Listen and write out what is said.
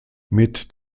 mit